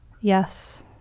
yes